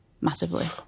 massively